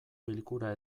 bilkura